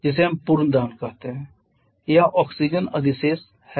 जिसे हम पूर्ण दहन कहते हैं यह ऑक्सीजन अधिशेष ऑक्सीजन है